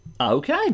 Okay